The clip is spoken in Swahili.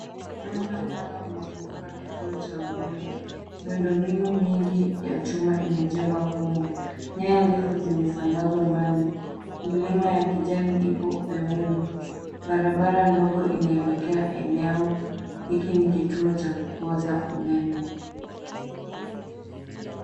Uwanja mpana umezunguka kituo cha umeme. Miundo mbinu mwingine chuma imejengwa humu. Nyaya ndefu zimesambazwa mbali. Milima ya kijani ipo upeoni. Barabara ndogo inaelekea eneo. Hiki ni kituo cha kupoza umeme.